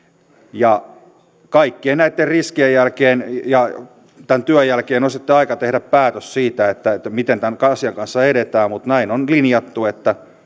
ja kaikkien näitten jälkeen tämän työn jälkeen on sitten aika tehdä päätös siitä miten tämän asian kanssa edetään mutta näin on linjattu että tätä